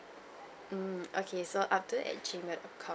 mm okay so abdul at gmail dot com